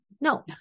No